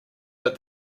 but